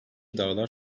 dağlar